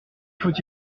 faut